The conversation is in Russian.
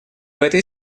этой